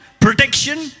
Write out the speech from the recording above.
protection